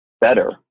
better